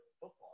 football